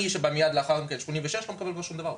אני שבא מיד לאחר מכן וקיבלתי 86 לא מקבל שום דבר,